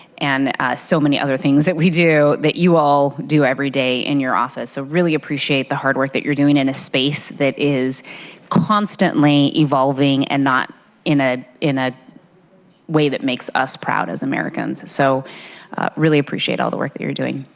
and so many other things that we do that you all do every day in your office. so really appreciate the hard work that you're doing in a space that is constantly evolving and not in ah in a way that makes us proud as americans. so really appreciate all the work that you're doing.